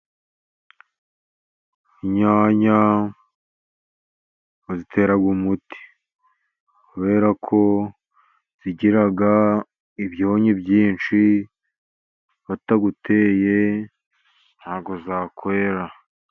Inyanya bazitera umuti kubera ko zigira ibyonnyi byinshi, batawuteye ntabwo zakwera.